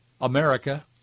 America